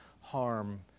harm